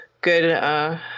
good